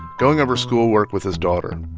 going over schoolwork with his daughter,